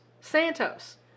Santos